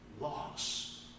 loss